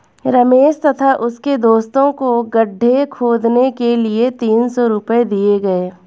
रमेश तथा उसके दोस्तों को गड्ढे खोदने के लिए तीन सौ रूपये दिए गए